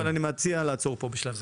אבל אני מציע לעצור בשלב הזה.